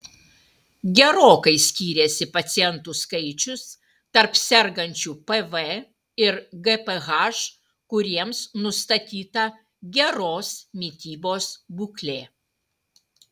gerokai skyrėsi pacientų skaičius tarp sergančių pv ir gph kuriems nustatyta geros mitybos būklė